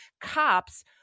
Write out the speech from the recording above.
cops